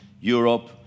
Europe